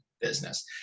business